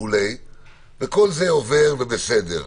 כל זה עובר בסדר,